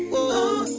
ah ooh.